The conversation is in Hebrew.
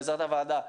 בעזרת הוועדה,